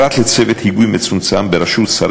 פרט לצוות היגוי מצומצם בראשות שרי